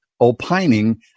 opining